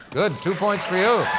good. two points for you.